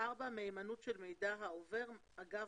מהימנות של מידע העובר אגב